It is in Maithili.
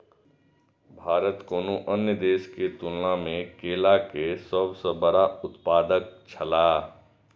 भारत कुनू अन्य देश के तुलना में केला के सब सॉ बड़ा उत्पादक छला